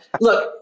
look